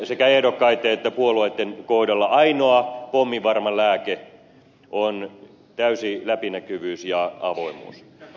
sekä ehdokkaitten että puolueitten kohdalla ainoa pomminvarma lääke on täysi läpinäkyvyys ja avoimuus